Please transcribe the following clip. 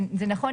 זה נכון,